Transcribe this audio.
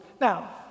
Now